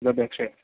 तदपेक्षया